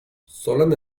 solen